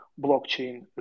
blockchain